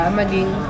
maging